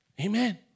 Amen